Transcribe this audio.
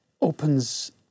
opens